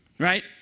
Right